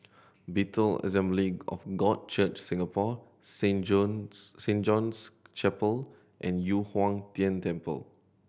Bethel Assembly of God Church Singapore Saint John's Saint John's Chapel and Yu Huang Tian Temple